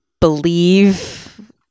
believe